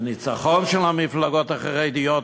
והניצחון של המפלגות החרדיות,